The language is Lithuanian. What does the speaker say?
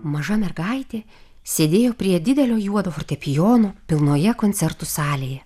maža mergaitė sėdėjo prie didelio juodo fortepijono pilnoje koncertų salėje